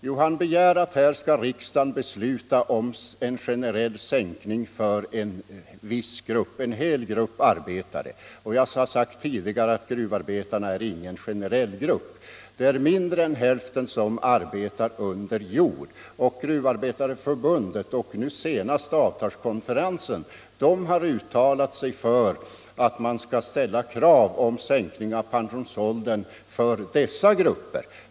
Jo, han begär att riksdagen skall besluta en generell sänkning av pensionsåldern för en hel grupp arbetare, men jag har tidigare sagt att gruvarbetarna inte är någon homogen grupp. Mindre än hälften av dem arbetar under jord. Gruvarbetareförbundet och nu senast avtalskonferensen har uttalat sig för att man skall ställa krav om sänkning av pensionsåldern för dessa grupper.